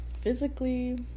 Physically